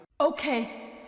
Okay